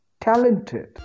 talented